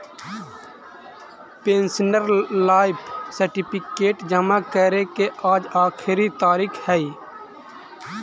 pensioner life certificate जमा करे के आज आखिरी तारीख हइ